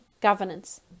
governance